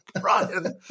Brian